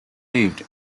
lived